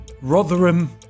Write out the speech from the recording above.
Rotherham